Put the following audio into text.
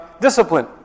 discipline